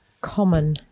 Common